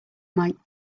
might